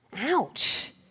Ouch